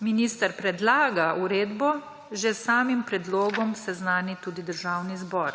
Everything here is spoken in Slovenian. minister predlaga uredbo, že s samim predlogom seznani tudi Državni zbor.